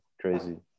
crazy